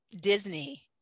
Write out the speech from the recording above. Disney